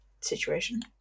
situation